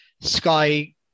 Sky